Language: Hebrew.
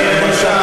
אתה ממשיך לשקר,